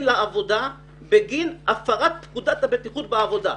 לעבודה בגין הפרת פקודת הבטיחות בעבודה.